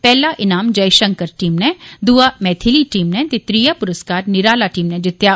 पैहला ईनाम जयशंकर टीम नै दुआ मैथिली टीम नै ते त्रिआ पुरस्कार निराला टीम नै जित्तेआ